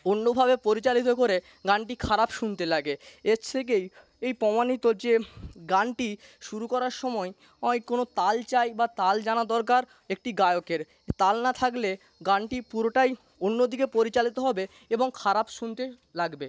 অন্যভাবে পরিচালিত করে গানটি খারাপ শুনতে লাগে এর থেকেই এই প্রমাণিত যে গানটি শুরু করার সময় হয় কোনো তাল চাই বা তাল জানা দরকার একটি গায়কের তাল না থাকলে গানটি পুরোটাই অন্যদিকে পরিচালিত হবে এবং খারাপ শুনতে লাগবে